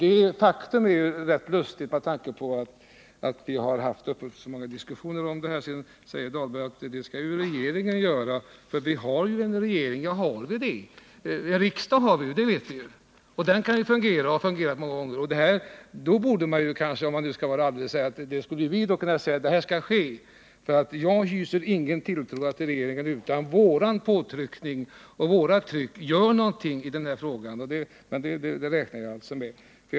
Men detta är rätt lustigt med tanke på att vi har haft så många diskussioner om den här saken. Sedan säger Rolf Dahlberg att detta skall regeringen göra, för vi har ju en regering. Ja, har vi det? En riksdag har vi, det vet vi ju, och den kan fungera — det har den gjort många gånger. Då skulle vi kunna säga att detta skall ske. Jag hyser ingen tilltro till att regeringen utan vår påtryckning gör någonting i den här frågan. Det räknar jag alltså med.